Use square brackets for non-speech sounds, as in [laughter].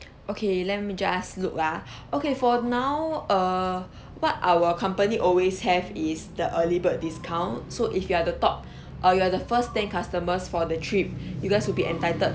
okay let me just look ah [breath] okay for now err what our company always have is the early bird discount so if you are the top or you are the first ten customers for the trip you guys will be entitled